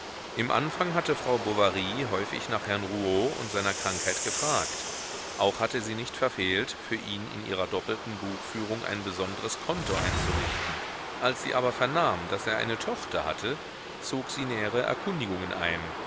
im anfang hatte frau bovary häufig nach herrn rouault und seiner krankheit gefragt auch hatte sie nicht verfehlt für ihn in ihrer doppelten buchführung ein besondres konto einzurichten als sie aber vernahm daß er eine tochter hatte zog sie nähere erkundigungen ein